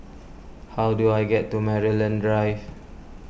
how do I get to Maryland Drive